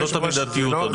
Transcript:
עניין של מידתיות, אדוני.